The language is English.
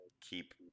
keep